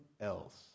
else